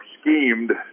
schemed